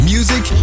Music